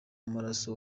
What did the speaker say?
w’amaraso